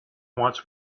wants